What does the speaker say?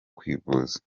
kwivuza